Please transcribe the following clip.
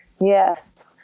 Yes